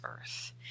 earth